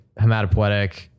hematopoietic